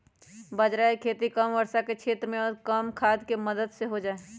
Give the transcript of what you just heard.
बाजरा के खेती कम वर्षा के क्षेत्र में और कम खाद के मदद से हो जाहई